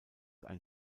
ein